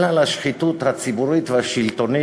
אלא על השחיתות הציבורית והשלטונית,